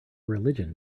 religion